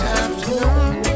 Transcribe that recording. afternoon